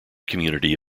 community